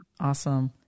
Awesome